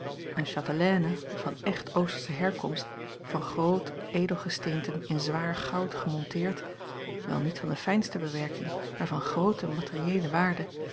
eene châtelaine van echt oostersche herkomst van groot edelgesteenten in zwaar goud gemonteerd wel niet van de fijnste bewerking maar van groote materieele waarde